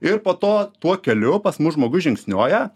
ir po to tuo keliu pas mus žmogus žingsniuoja